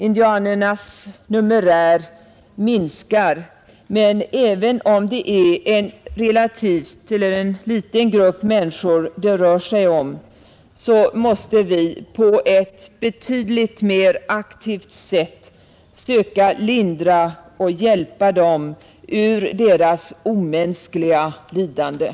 Indianernas numerär minskar, men även om det är en relativt liten grupp människor det rör sig om måste vi på ett betydligt mer aktivt sätt försöka lindra nöden och hjälpa dem ur deras omänskliga lidanden.